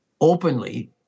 openly